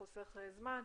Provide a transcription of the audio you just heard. חוסך זמן,